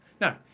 Now